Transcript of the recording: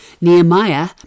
Nehemiah